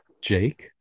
Jake